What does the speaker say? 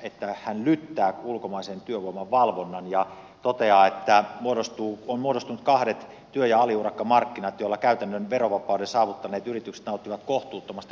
että hän lyttää ulkomaisen työvoiman valvonnan ja toteaa että on muodostunut kahdet työ ja aliurakkamarkkinat joilla käytännön verovapauden saavuttaneet yritykset nauttivat kohtuuttomasta kilpailuedusta